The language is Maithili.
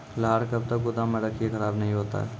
लहार कब तक गुदाम मे रखिए खराब नहीं होता?